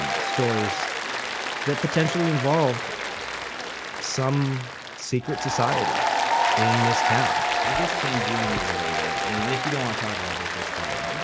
stories that potentially involve some secret society in this town. i guess tangentially related, and and if you don't want to talk about this that's fine.